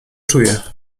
czuje